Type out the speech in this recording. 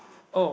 oh